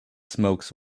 smokes